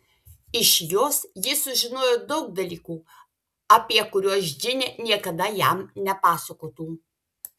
iš jos jis sužinojo daug dalykų apie kuriuos džinė niekada jam nepasakotų